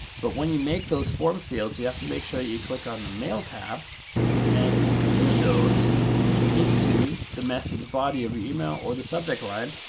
but when you make those form fields, you have to make sure you click on the mail tab and include those into the message body of your email or the subject line,